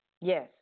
Yes